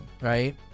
right